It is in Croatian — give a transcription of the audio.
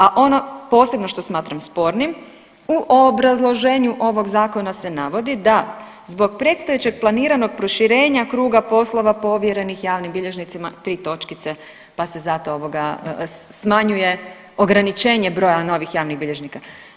A ono posebno što smatram spornim u obrazloženju ovog Zakona se navodi da zbog predstojećeg planiranog proširenja kruga poslova povjerenih javnim bilježnicima, tri točkice, pa se zato ovoga, smanjuje ograničenje broja novih javnih bilježnika.